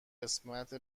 قسمت